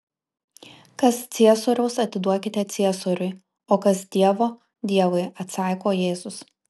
kas ciesoriaus atiduokite ciesoriui o kas dievo dievui atsako jėzus